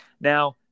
Now